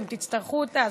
אתם תצטרכו אותה,